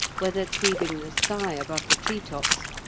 whether cleaving the sky above the tree-tops,